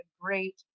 great